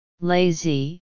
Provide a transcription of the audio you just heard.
lazy